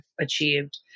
achieved